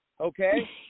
Okay